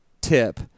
tip